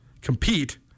compete